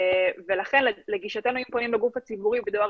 לכן לגישתו אם פונים לגוף הציבורי בדואר